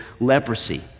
leprosy